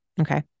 okay